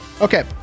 Okay